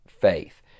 Faith